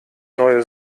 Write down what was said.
neue